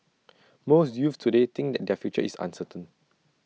most youths today think that their future is uncertain